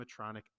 animatronic